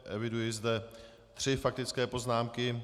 Eviduji zde tři faktické poznámky.